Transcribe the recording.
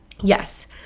yes